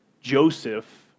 Joseph